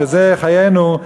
שזה חיינו,